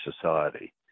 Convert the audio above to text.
society